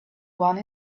one